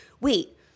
wait